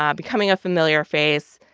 um becoming a familiar face,